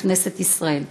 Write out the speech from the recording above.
בכנסת ישראל.